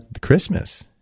Christmas